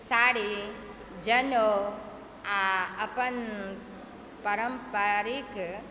साड़ी जनउ आ अपन पारम्परिक